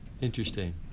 interesting